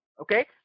Okay